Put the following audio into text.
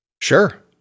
sure